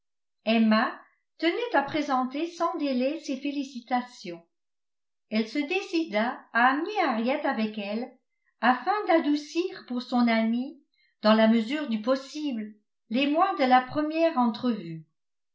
emma tenait à présenter sans délai ses félicitations elle se décida à amener henriette avec elle afin d'adoucir pour son amie dans la mesure du possible l'émoi de la première entrevue